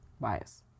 bias